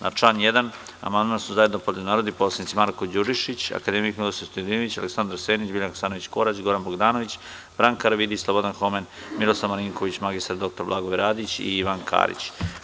Na član 1. amandman su zajedno podneli narodni poslanici Marko Đurišić, akademik Ninoslav Stojadinović, Aleksandar Senić, Biljana Hasanović Korać, Goran Bogdanović, Branka Karavidić, Slobodan Homen, Miroslav Marinković, mr dr Blagoje Bradić i Ivan Karić.